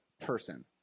person